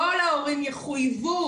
כל ההורים יחוייבו,